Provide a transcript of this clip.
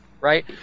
right